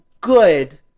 good